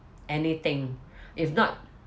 anything if not